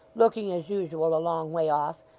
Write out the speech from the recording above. looking, as usual, a long way off,